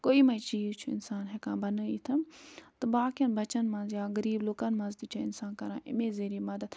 گوٚو یِمَے چیٖز چھُ اِنسان ہٮ۪کان بنٲیِتھ تہٕ باقٕیَن بَچَن منٛز یا غریٖب لُکَن منٛز تہِ چھِ اِنسان کران اَمی ذٔریعہٕ مدتھ